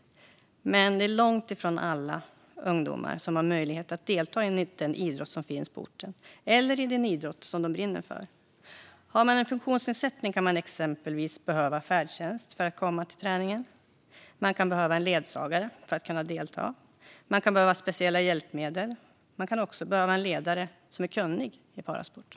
Men det är långt ifrån alla ungdomar som har möjlighet att delta i den idrott som finns på orten eller den idrott som de brinner för. Har man en funktionsnedsättning kan man exempelvis behöva färdtjänst för att komma till träningen. Man kan behöva en ledsagare för att kunna delta. Man kan behöva speciella hjälpmedel. Man kan också behöva en ledare som är kunnig i parasport.